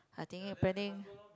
I thinking of planning